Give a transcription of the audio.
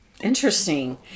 interesting